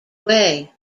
away